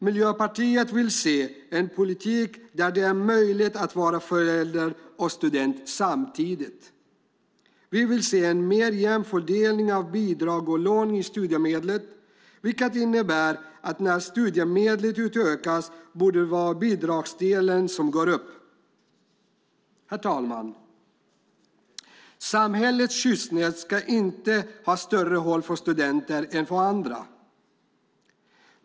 Miljöpartiet vill se en politik där det är möjligt att vara förälder och student samtidigt. Vi vill se en mer jämn fördelning av bidrag och lån i studiemedlet. Det innebär att när studiemedlet utökas borde det vara bidragsdelen som går upp. Herr talman! Samhällets skyddsnät ska inte ha större hål för studenter än för andra.